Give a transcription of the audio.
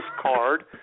card